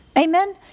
Amen